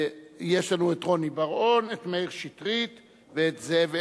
ויש לנו רוני בר-און, מאיר שטרית וזאב אלקין.